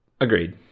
agreed